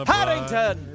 Paddington